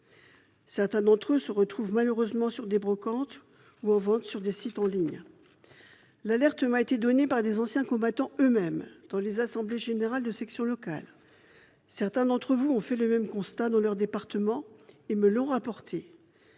certains d'entre eux se retrouvent malheureusement dans des brocantes ou en vente sur des sites en ligne. L'alerte m'a été donnée par des anciens combattants, lors d'assemblées générales de sections locales ; certains d'entre vous ont fait le même constat dans leur département, et me l'ont rapporté.